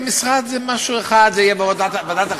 משרד זה משהו אחד,